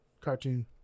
Cartoon